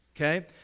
okay